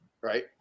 right